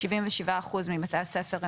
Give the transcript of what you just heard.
77% מבתי הספר,